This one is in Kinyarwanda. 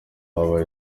habaye